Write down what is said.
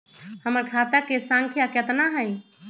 हमर खाता के सांख्या कतना हई?